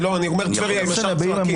בטבריה למשל,